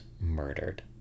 murdered